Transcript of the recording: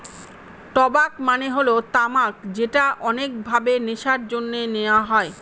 টবাক মানে হল তামাক যেটা অনেক ভাবে নেশার জন্যে নেওয়া হয়